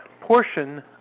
portion